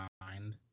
mind